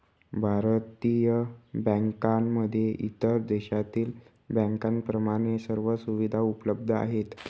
भारतीय बँकांमध्ये इतर देशातील बँकांप्रमाणे सर्व सुविधा उपलब्ध आहेत